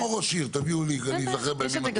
כמו לראש עיר, אני אזכר בימים הטובים.